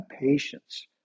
patience